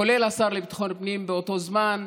כולל השר לביטחון פנים באותו זמן,